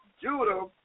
Judah